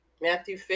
Matthew